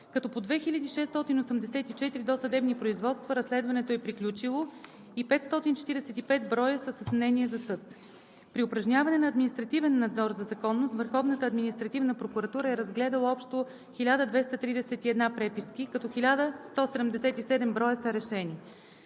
като по 2684 досъдебни производства разследването е приключило и 545 броя са с мнение за съд. При упражняване на административен надзор за законност Върховната административна прокуратура е разгледала общо 1231 преписки, като 1177 броя са решени.